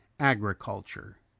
Agriculture